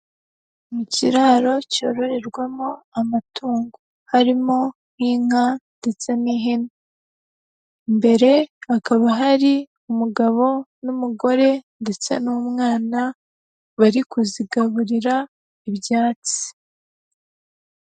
Mu kiraro cyororerwamo amatungo harimo nk'inka ndetse n'ihene. Imbere hakaba hari umugabo n'umugore ndetse n'umwana bari kuzigaburira ibyatsi.